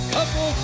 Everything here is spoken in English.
Couple